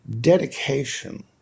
dedication